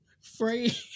Free